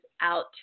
out